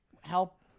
help